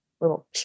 little